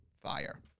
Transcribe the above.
Fire